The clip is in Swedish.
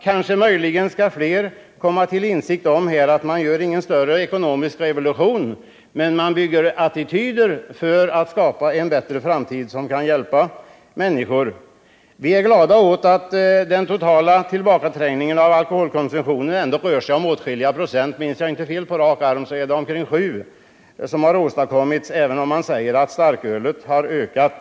Kanske flera kommer till insikt om att man inte gör någon större ekonomisk revolution, men man bygger upp attityder för att skapa en bättre framtid som kan hjälpa människor. Vi är glada över att den totala tillbakaträngningen av alkoholkonsumtionen ändå rör sig om åtskilliga procent — om jag inte minns fel är det 7 2, — även om man säger att starkölskonsumtionen har ökat.